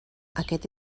aquest